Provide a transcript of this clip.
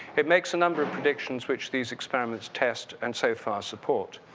it makes a number of predictions which these experiments test and so far, support.